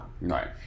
Right